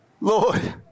Lord